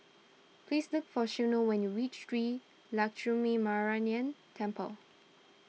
please look for Shiloh when you reach Shree Lakshminarayanan Temple